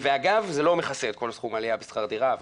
ואגב, זה לא מכסה את כל סכום העלייה בשכר הדירה.